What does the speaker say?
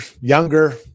younger